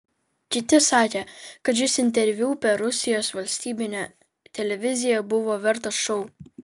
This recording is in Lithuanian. kiti sakė kad šis interviu per rusijos valstybinę televiziją buvo vertas šou